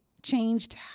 changed